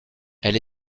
elle